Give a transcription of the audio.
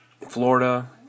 Florida